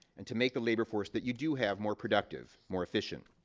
and to make the labor force that you do have more productive, more efficient.